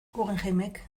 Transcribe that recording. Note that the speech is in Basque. guggenheimek